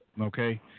Okay